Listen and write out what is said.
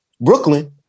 Brooklyn